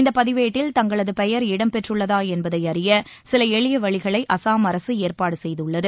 இந்த பதிவேட்டில் தங்களது பெயர் இடம் பெற்றுள்ளதா என்பதை அறிய சில எளிய வழிகளை அசாம் அரசு ஏற்பாடு செய்துள்ளது